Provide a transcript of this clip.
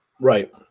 Right